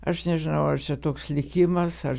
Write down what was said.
aš nežinau ar čia toks likimas ar